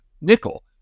nickel